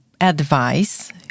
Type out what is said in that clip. advice